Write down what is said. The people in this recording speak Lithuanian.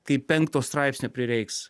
kaip penkto straipsnio prireiks